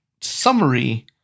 summary